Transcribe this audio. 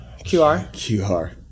QR